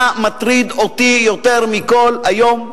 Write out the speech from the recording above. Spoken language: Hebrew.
שמה שמטריד אותי יותר מכול היום,